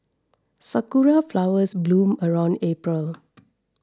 sakura flowers bloom around April